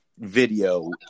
video